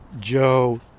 Joe